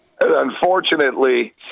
unfortunately